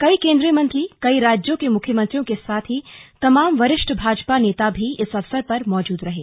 कई केन्द्रीय मंत्री कई राज्यों के मुख्यमंत्रियों के साथ ही तमाम वरिष्ठ भाजपा नेता भी इस अवसर पर मौजूद रहें